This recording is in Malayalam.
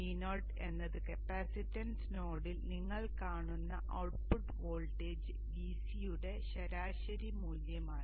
Vo എന്നത് കപ്പാസിറ്റൻസ് നോഡിൽ നിങ്ങൾ കാണുന്ന ഔട്ട്പുട്ട് വോൾട്ടേജ് Vc യുടെ ശരാശരി മൂല്യമാണ്